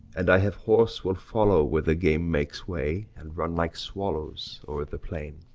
and i have horse will follow where the game makes way, and run like swallows o'er the plain.